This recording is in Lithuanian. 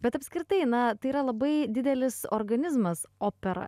bet apskritai na tai yra labai didelis organizmas opera